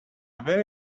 very